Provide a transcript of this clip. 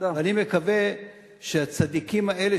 אני מקווה שהצדיקים האלה,